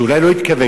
שאולי לא התכוון.